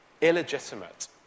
illegitimate